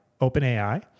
OpenAI